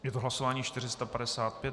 Je to hlasování 455.